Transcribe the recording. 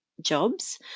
jobs